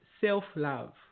self-love